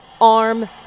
arm